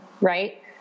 right